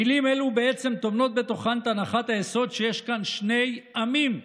מילים אלו טומנות בתוכן את הנחת היסוד שיש כאן שני עמים,